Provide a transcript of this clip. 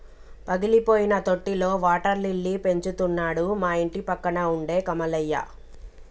పగిలిపోయిన తొట్టిలో water lily పెంచుతున్నాడు మా ఇంటిపక్కన ఉండే కమలయ్య